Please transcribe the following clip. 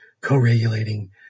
co-regulating